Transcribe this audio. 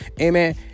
amen